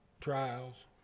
trials